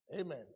Amen